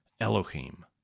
Elohim